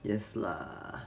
yes lah